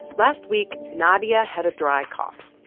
last week nadia had a dry cough,